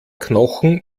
knochen